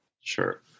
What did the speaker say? Sure